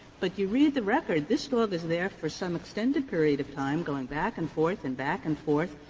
but you read the record, this dog is there for some extended period of time, going back and forth and back and forth,